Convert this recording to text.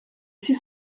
six